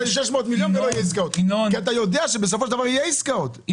שבסופו של דבר יהיו עסקאות.